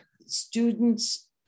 students